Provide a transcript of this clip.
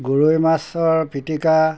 গৰৈ মাছৰ পিটিকা